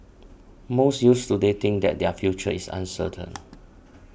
most youths today think that their future uncertain